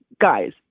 guys